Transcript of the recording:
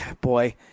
boy